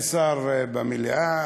אין שר במליאה.